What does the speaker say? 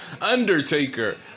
Undertaker